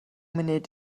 munud